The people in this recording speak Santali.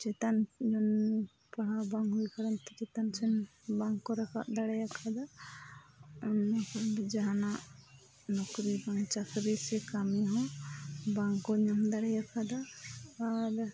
ᱪᱮᱛᱟᱱ ᱯᱟᱲᱦᱟᱣ ᱵᱟᱝ ᱦᱩᱭ ᱟᱠᱟᱱ ᱠᱟᱨᱚᱱ ᱛᱮ ᱪᱮᱛᱟᱱ ᱥᱮᱫ ᱵᱟᱝᱠᱚ ᱨᱟᱠᱟᱵ ᱫᱟᱲᱮᱭᱟᱠᱟᱫᱟ ᱵᱟᱝᱠᱷᱟᱱ ᱫᱚ ᱡᱟᱦᱟᱱᱟᱜ ᱱᱩᱠᱨᱤ ᱵᱟᱝ ᱪᱟᱹᱠᱨᱤ ᱥᱮ ᱠᱟᱹᱢᱤ ᱦᱚᱸ ᱵᱟᱝᱠᱚ ᱧᱟᱢ ᱫᱟᱲᱮ ᱠᱟᱫᱟ ᱟᱨ